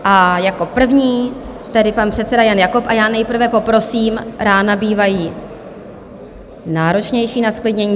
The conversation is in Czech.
A jako první tedy pan předseda Jan Jakob a já nejprve poprosím rána bývají náročnější na zklidnění.